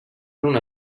una